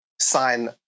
sign